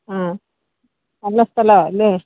ആ നല്ല സ്ഥലമാണ് അല്ലേ